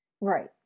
Right